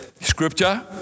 scripture